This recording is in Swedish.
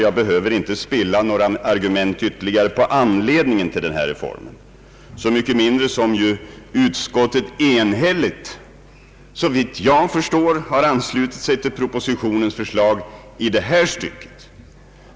Jag behöver därför inte ge några ytterligare argument för anledningen till denna reform. Utskottet har också, såvitt jag förstår, enhälligt anslutit sig till propositionens förslag i denna del.